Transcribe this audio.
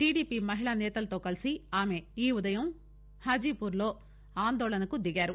TDP మహిళా నేతలతో కలిసి ఆమె ఈ ఉదయం హాజీపూర్ లో ఆందోళనకు దిగారు